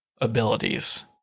abilities